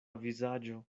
vizaĝo